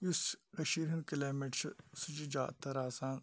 یُس کٔشیٖرٕ ہُنٛد کٕلایمیٹ چھُ سُہ چھُ زیادٕ تَر آسان